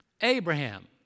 Abraham